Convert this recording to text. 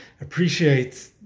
appreciate